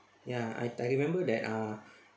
ya I I remember that ah